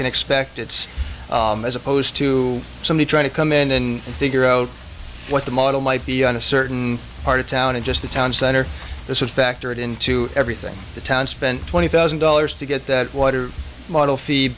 can expect it's as opposed to somebody trying to come in and figure out what the model might be on a certain part of town and just the town center this is factored into everything the town spent twenty thousand dollars to get that water model fee